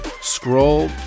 scroll